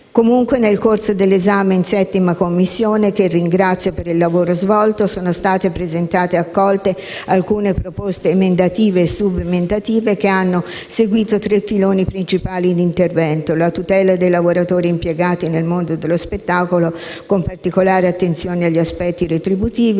Comunque, nel corso dell'esame in 7a Commissione, che ringrazio per il lavoro svolto, sono state presentate ed accolte alcune proposte emendative e subemendative che hanno seguito tre filoni principali di intervento: la tutela dei lavoratori impiegati nel mondo dello spettacolo, con particolare attenzione agli aspetti retributivi,